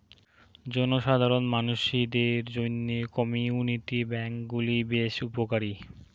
জনসাধারণ মানসিদের জইন্যে কমিউনিটি ব্যাঙ্ক গুলি বেশ উপকারী